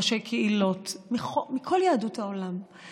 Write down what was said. ראשי קהילות מכל יהדות העולם,